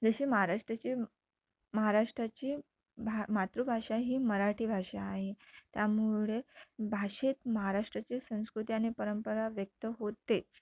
जशी महाराष्ट्राची महाराष्ट्राची भा मातृभाषा ही मराठी भाषा आहे त्यामुळे भाषेत महाराष्ट्राची संस्कृती आणि परंपरा व्यक्त होतेच